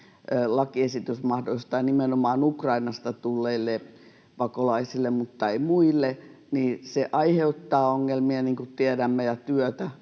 lakiesitys mahdollistaa nimenomaan Ukrainasta tulleille pakolaisille mutta ei muille. Se aiheuttaa ongelmia ja työtä, niin kuin tiedämme, mutta